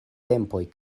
tempoj